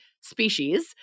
species